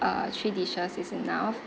uh three dishes is enough